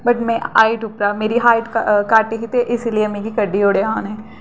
but में height उप्परा मेरी हाइट घट घट्ट ही ते इसलेई मिगी कड्ढी ओड़ेआ उ'नें